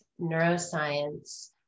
neuroscience